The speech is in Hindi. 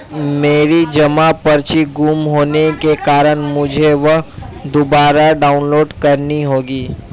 मेरी जमा पर्ची गुम होने के कारण मुझे वह दुबारा डाउनलोड करनी होगी